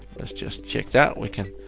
let's just check that. we can,